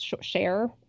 share